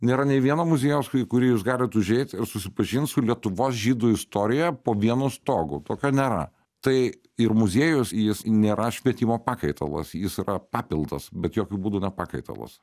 nėra nei vieno muziejaus į kurį jūs galit užeit ir susipažint su lietuvos žydų istorija po vienu stogu tokio nėra tai ir muziejus jis nėra švietimo pakaitalas jis yra papildas bet jokiu būdu ne pakaitalas